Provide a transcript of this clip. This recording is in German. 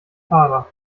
fahrer